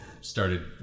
started